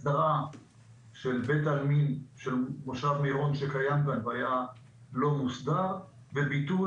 הסדרה של בית העלמין של מושב מירון שקיים והיה לא מוסדר וביטול